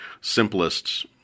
simplest